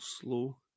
slow